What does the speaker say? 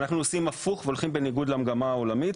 אנחנו עושים הפוך והולכים בניגוד למגמה העולמית,